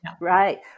Right